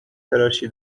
تراشی